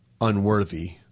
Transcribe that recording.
unworthy